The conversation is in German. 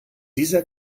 dieser